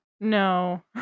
No